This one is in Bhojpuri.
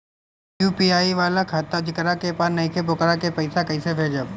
यू.पी.आई वाला खाता जेकरा पास नईखे वोकरा के पईसा कैसे भेजब?